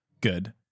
good